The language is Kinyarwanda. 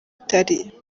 itari